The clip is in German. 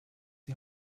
die